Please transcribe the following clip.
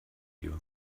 you